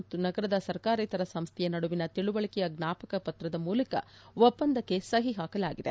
ಮತ್ತು ನಗರದ ಸರ್ಕಾರೇತರ ಸಂಸ್ಥೆಯ ನಡುವಿನ ತಿಳುವಳಿಕೆಯ ಜ್ವಾಪಕ ಪತ್ರದ ಮೂಲಕ ಒಪ್ಪಂದಕ್ಕೆ ಸಹಿ ಹಾಕಲಾಗಿದೆ